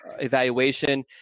evaluation